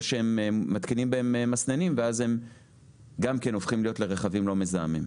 או שמתקינים בהם מסננים ואז הם הופכים לרכבים לא מזהמים.